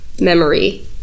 memory